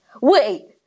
wait